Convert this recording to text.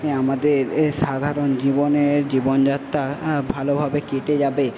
এ আমাদের এ সাধারণ জীবনের জীবনযাত্রা ভালোভাবে কেটে যাবে